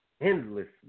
endlessly